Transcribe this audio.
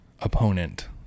opponent